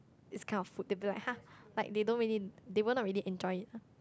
this kind of food they'll be like !huh! like they don't really they will not really enjoy it lah